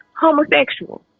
homosexual